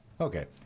okay